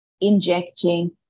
injecting